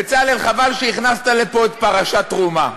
בצלאל, חבל שהכנסת לפה את פרשת תרומה.